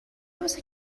você